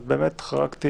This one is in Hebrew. אז באמת חרגתי